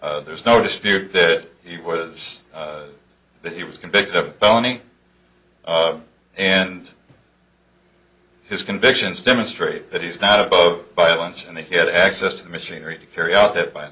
there's no dispute that he was the he was convicted of felony and his convictions demonstrate that he's not above violence and then he had access to the machinery to carry out that